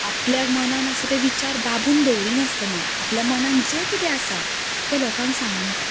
आपल्या मनांत आसा ते विचार दांबून दवरिनासतना आपल्या मनांत जें कितें आसा तें लोकांक सांगूंक जाय